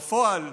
בפועל,